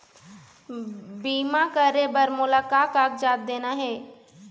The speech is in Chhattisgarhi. बीमा करे बर मोला का कागजात देना हे?